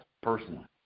personally